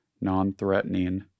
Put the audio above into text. non-threatening